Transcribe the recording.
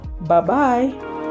Bye-bye